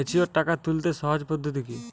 Mature টাকা তুলতে সহজ পদ্ধতি কি?